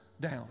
down